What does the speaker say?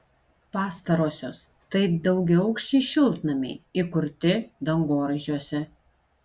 pastarosios tai daugiaaukščiai šiltnamiai įkurti dangoraižiuose